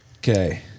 Okay